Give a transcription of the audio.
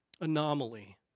anomaly